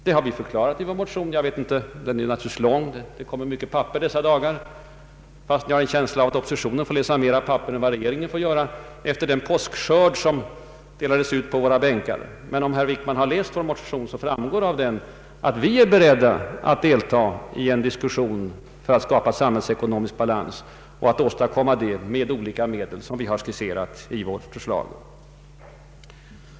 Det har vi förklarat i vår motion. Den är naturligtvis lång. Herr Wickman har kanske inte läst den. Det har kommit så mycket andra ”papper” de senaste dagarna. Jag har en känsla av att oppositionen ändå får läsa fler papper än vad regeringen får göra efter den påskskörd som delades ut på våra bänkar. Av vår motion framgår att vi är beredda att delta i diskussioner om erforderliga åtgärder för att skapa samhällsekonomisk balans och även skisserat olika medel härför i vår motion.